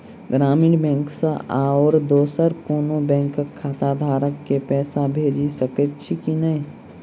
ग्रामीण बैंक सँ आओर दोसर कोनो बैंकक खाताधारक केँ पैसा भेजि सकैत छी की नै?